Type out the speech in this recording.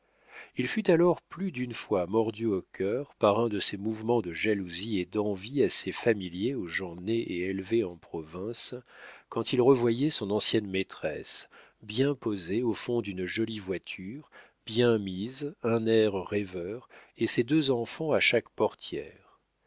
il fut alors plus d'une fois mordu au cœur par un de ces mouvements de jalousie et d'envie assez familiers aux gens nés et élevés en province quand il revoyait son ancienne maîtresse bien posée au fond d'une jolie voiture bien mise un air rêveur et ses deux enfants à chaque portière